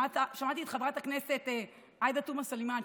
שמעתי את חברת הכנסת עאידה תומא סלימאן,